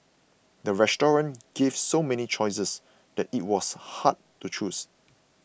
the restaurant gave so many choices that it was hard to choose